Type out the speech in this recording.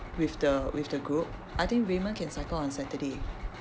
with the with the group I think raymond can cycle on saturday